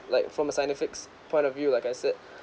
like from a scientifics point of view like I said